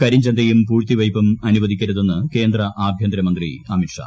കരിഞ്ചന്തയും പൂഴ്ത്തിവയ്പ്പും അനുവദിക്കരുതെന്ന് കേന്ദ്ര ആഭ്യൂന്തിരുമന്ത്രി അമിത്ഷാ